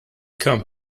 come